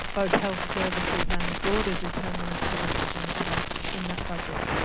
both health services and the broader determinants of indigenous health in that budget.